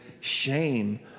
shame